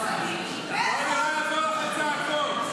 טלי, לא יעזרו הצעקות.